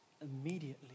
immediately